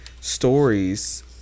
stories